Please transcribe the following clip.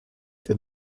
der